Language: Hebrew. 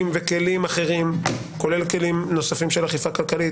וכלים אחרים כולל כלים נוספים של אכיפה כלכלית.